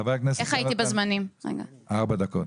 חבר הכנסת